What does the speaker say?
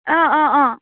অঁ অঁ অঁ